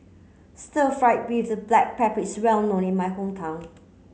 stir fried beef with black pepper is well known in my hometown